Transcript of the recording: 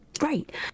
right